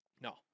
No